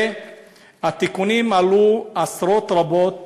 והתיקונים עלו עשרות רבות